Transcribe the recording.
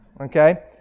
Okay